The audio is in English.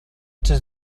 does